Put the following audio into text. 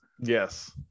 Yes